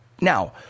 now